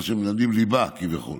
מי שמלמדים ליבה כביכול